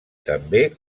també